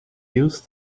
use